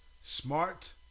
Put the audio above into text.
smart